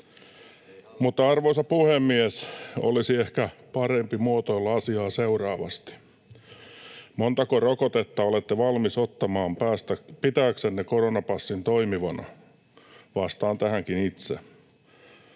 Mutta arvoisa puhemies, olisi ehkä parempi muotoilla asiaa seuraavasti: montako rokotetta olette valmis ottamaan pitääksenne koronapassin toimivana? Vastaan tähänkin itse.